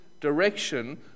direction